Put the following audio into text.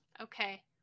Okay